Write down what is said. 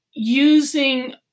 using